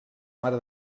mare